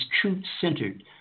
truth-centered